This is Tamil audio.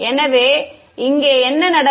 எனவே இங்கே என்ன நடக்கும்